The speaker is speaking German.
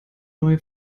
neue